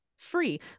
free